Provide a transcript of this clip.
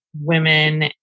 women